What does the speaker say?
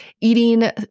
eating